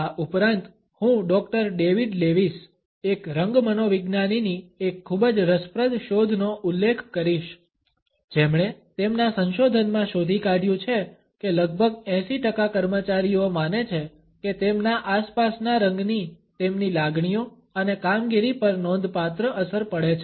આ ઉપરાંત હું ડોક્ટર ડેવિડ લેવિસ એક રંગ મનોવિજ્ઞાનીની એક ખૂબ જ રસપ્રદ શોધનો ઉલ્લેખ કરીશ જેમણે તેમના સંશોધનમાં શોધી કાઢ્યું છે કે લગભગ 80 ટકા કર્મચારીઓ માને છે કે તેમના આસપાસના રંગની તેમની લાગણીઓ અને કામગીરી પર નોંધપાત્ર અસર પડે છે